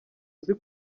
uzi